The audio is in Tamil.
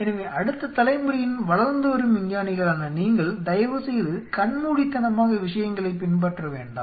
எனவே அடுத்த தலைமுறையின் வளர்ந்து வரும் விஞ்ஞானிகளான நீங்கள் தயவுசெய்து கண்மூடித்தனமாக விஷயங்களைப் பின்பற்ற வேண்டாம்